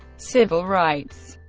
civil rights